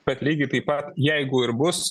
kad lygiai taip pat jeigu ir bus